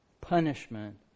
punishment